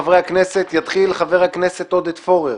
חברי הכנסת, יתחיל חבר הכנסת עודד פורר.